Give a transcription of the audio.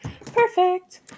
Perfect